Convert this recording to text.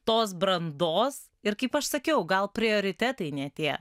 tos brandos ir kaip aš sakiau gal prioritetai ne tie